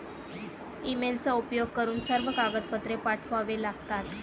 ईमेलचा उपयोग करून सर्व कागदपत्रे पाठवावे लागतात